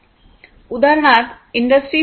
उदाहरणार्थ इंडस्ट्री 4